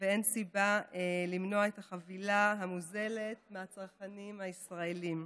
ואין סיבה למנוע את החבילה המוזלת מהצרכנים הישראלים.